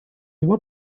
его